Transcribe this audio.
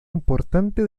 importante